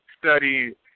study